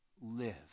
live